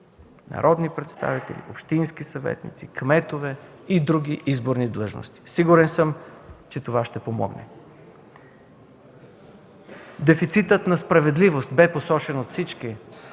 народни представители, общински съветници, кметове и други изборни длъжности. Сигурен съм, че това ще помогне. Дефицитът на справедливост бе посочен от всички